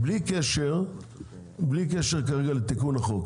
בלי קשר כרגע לתיקון החוק.